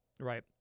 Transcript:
right